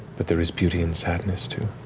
but there is beauty in sadness, too.